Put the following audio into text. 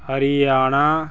Haryana